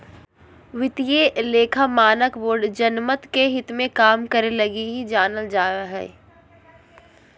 वित्तीय लेखा मानक बोर्ड जनमत के हित मे काम करे लगी ही जानल जा हय